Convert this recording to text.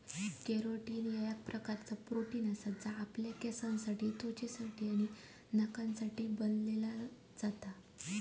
carotene एक प्रकारचा protein हा जा आपल्या केसांसाठी त्वचेसाठी आणि नखांसाठी बनला जाता